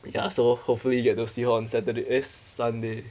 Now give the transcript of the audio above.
ya so hopefully you don't see on saturday sunday